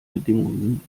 bedingungen